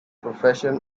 profession